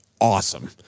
awesome